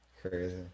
Crazy